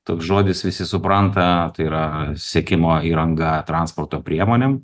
toks žodis visi supranta tai yra sekimo įranga transporto priemonėm